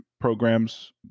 programs